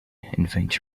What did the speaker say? invent